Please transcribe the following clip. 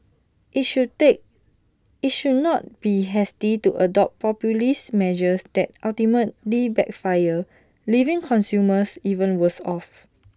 IT should that IT should not be hasty to adopt populist measures that ultimately backfire leaving consumers even worse off